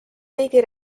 riigi